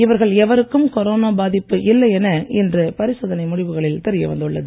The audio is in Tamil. இவர்கள் எவருக்கும் கொரோனா பாதிப்பு இல்லை என இன்று பரிசோதனை முடிவுகளில் தெரிய வந்துள்ளது